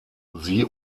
sie